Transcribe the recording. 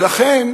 ולכן,